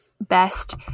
best